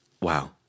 wow